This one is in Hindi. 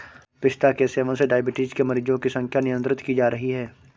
पिस्ता के सेवन से डाइबिटीज के मरीजों की संख्या नियंत्रित की जा रही है